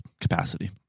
capacity